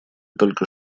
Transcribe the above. только